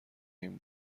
این